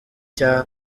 cya